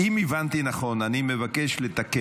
לכן אני מבקש שהחוק